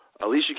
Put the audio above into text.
Alicia